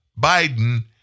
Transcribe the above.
Biden